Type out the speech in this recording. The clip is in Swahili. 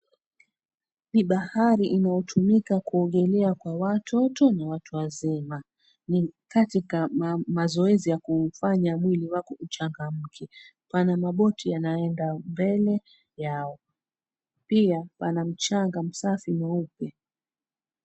Ni bahari inayotumika kuogelea kwa watoto na watu wazima. Ni katika ma mazoezi ya kufanya mwili wako uchangamke. Pana maboti yanayoenda mbele yao. Pia pana mchanga msafi mweupe.